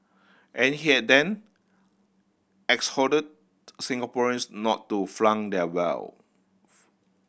and here then exhorted Singaporeans not to flaunt their wealth